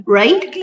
right